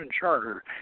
charter